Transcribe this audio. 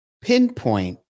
pinpoint